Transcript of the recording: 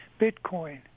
Bitcoin